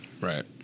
Right